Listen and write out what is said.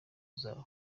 zabo